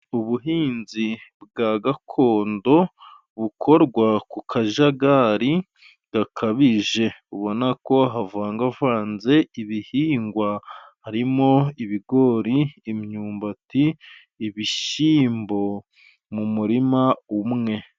Ubuhinzi bwa gakondo bukorwa ku kajagari gakabije, ubona ko havangavanze ibihingwa harimo ibigori, imyumbati, n'ibishyimbo mu murima umwe.